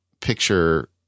picture